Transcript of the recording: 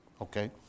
okay